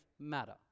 Matter